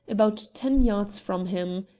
about ten yards from him.